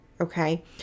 Okay